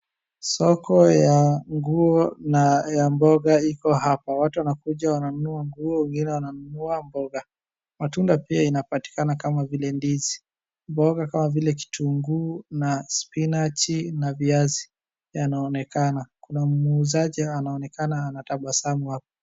Soko ya nguo na ya mboga iko hapa. Watu wanakuja wananunua nguo wengine wananunua mboga. Matunda pia inapatikana kama vile ndizi, mboga kama vile kitunguu na spinach na viazi yanaonekana. Kuna muuzaji anaonekana anatabasamu hapa.